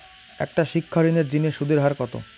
একটা শিক্ষা ঋণের জিনে সুদের হার কত?